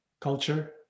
culture